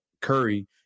Curry